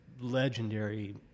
legendary